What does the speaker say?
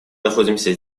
находимся